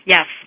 Yes